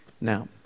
Now